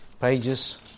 pages